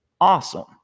awesome